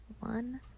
one